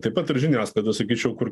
taip pat ir žiniasklaida sakyčiau kur